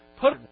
Put